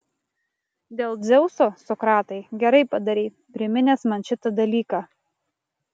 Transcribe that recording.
dėl dzeuso sokratai gerai padarei priminęs man šitą dalyką